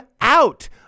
out